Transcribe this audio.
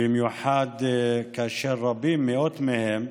במיוחד כאשר רבים, מאות מהם,